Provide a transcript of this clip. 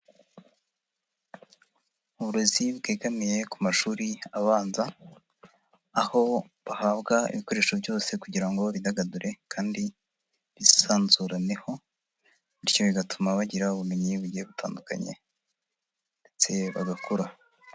Uburezi bwegamiye ku mashuri abanza aho bahabwa ibikoresho byose kugira ngo bidagadure kandi bisanzuraneho bityo bigatuma bagira ubumenyi bugiye butandukanye ndetse bagakura.